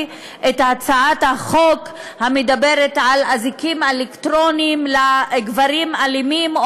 הצעת חוק המדברת על אזיקים אלקטרוניים לגברים אלימים,